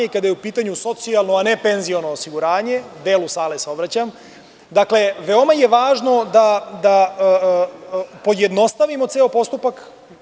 I, kada je u pitanju socijalno, a ne penziono osiguranje, delu sale se obraćam, veoma je važno da pojednostavimo ceo postupak.